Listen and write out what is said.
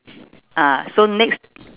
ah so next